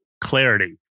clarity